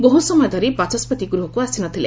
ବହୁସମୟ ଧରି ବାଚସ୍କତି ଗୃହକୁ ଆସି ନ ଥିଲେ